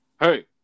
hey